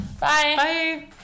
Bye